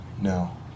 no